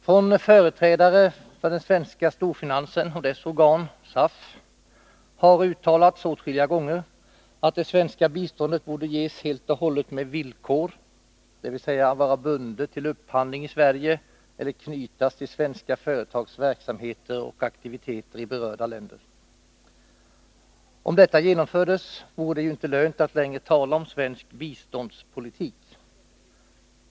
Från företrädare för den svenska storfinansen och dess organ SAF har åtskilliga gånger uttalats att det svenska biståndet borde ges helt och hållet med villkor, dvs. vara bundet till upphandling i Sverige eller knytas till svenska företags verksamheter och aktiviteter i berörda länder. Om detta genomfördes vore det inte lönt att längre tala om svensk biståndspolitik.